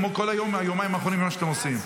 כמו כל יום מהיומיים האחרונים עם מה שאתם עושים.